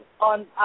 on